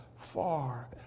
far